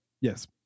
Yes